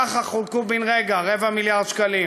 ככה חולקו בן-רגע רבע מיליארד שקלים